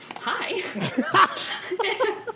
Hi